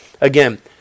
again